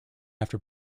after